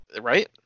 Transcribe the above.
Right